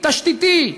תשתיתי,